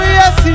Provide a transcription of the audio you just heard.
yes